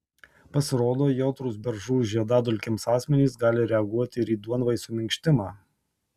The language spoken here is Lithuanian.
pasirodo jautrūs beržų žiedadulkėms asmenys gali reaguoti ir į duonvaisio minkštimą